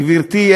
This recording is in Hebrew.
גברתי,